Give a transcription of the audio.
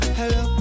hello